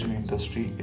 industry